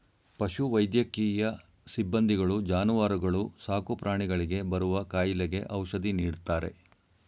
ಪಶು ವೈದ್ಯಕೀಯ ಸಿಬ್ಬಂದಿಗಳು ಜಾನುವಾರುಗಳು ಸಾಕುಪ್ರಾಣಿಗಳಿಗೆ ಬರುವ ಕಾಯಿಲೆಗೆ ಔಷಧಿ ನೀಡ್ತಾರೆ